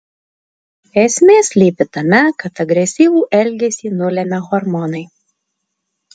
esmė slypi tame kad agresyvų elgesį nulemia hormonai